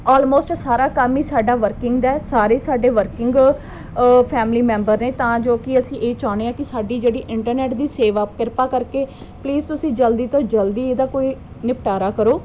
almost ਸਾਰਾ ਕੰਮ ਹੀ ਸਾਡਾ ਵਰਕਿੰਗ ਦਾ ਸਾਰੇ ਸਾਡੇ ਵਰਕਿੰਗ ਫੈਮਲੀ ਮੈਂਬਰ ਨੇ ਤਾਂ ਜੋ ਕਿ ਅਸੀਂ ਇਹ ਚਾਹੁੰਦੇ ਹਾਂ ਕਿ ਸਾਡੀ ਜਿਹੜੀ ਇੰਟਰਨੈਟ ਦੀ ਸੇਵਾ ਕਿਰਪਾ ਕਰਕੇ ਪਲੀਜ਼ ਤੁਸੀਂ ਜਲਦੀ ਤੋਂ ਜਲਦੀ ਇਹਦਾ ਕੋਈ ਨਿਪਟਾਰਾ ਕਰੋ